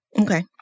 Okay